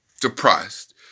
depressed